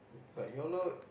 but ya lor